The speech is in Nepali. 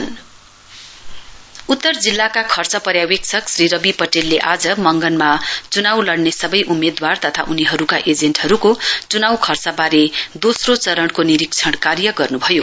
नर्थ एक्सपेन्डिचर अबजर्भर उत्तर जिल्लाका खर्च पर्यावेक्षक श्री रबि पटेलले आज मंगनमा च्नाउ लड्ने सबै उम्मेद्वार तथा उनीहरूका एजेन्टहरूको च्नाउ खर्चबारे दोस्रो चरणको निरीक्षण कार्य गर्न्भयो